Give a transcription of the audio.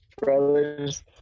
Brothers